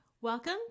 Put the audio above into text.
Welcome